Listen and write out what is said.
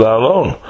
alone